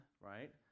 right